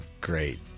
great